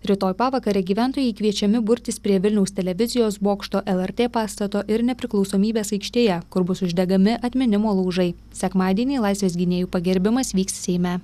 rytoj pavakare gyventojai kviečiami burtis prie vilniaus televizijos bokšto lrt pastato ir nepriklausomybės aikštėje kur bus uždegami atminimo laužai sekmadienį laisvės gynėjų pagerbimas vyks seime